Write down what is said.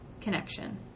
connection